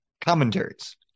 commentaries